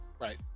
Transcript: right